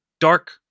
Dark